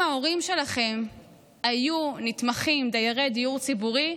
אם ההורים שלכם היו נתמכים, דיירי דיור ציבורי,